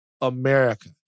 America